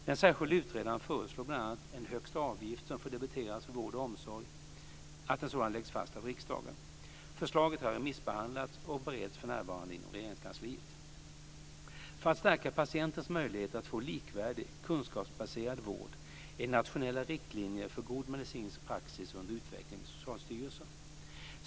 Den särskilde utredaren föreslår bl.a. att en högsta avgift som får debiteras för vård och omsorg läggs fast av riksdagen. Förslaget har remissbehandlats och bereds för närvarande inom Regeringskansliet. För att stärka patientens möjligheter att få likvärdig, kunskapsbaserad vård är nationella riktlinjer för god medicinsk praxis under utveckling vid Socialstyrelsen.